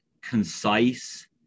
concise